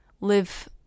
live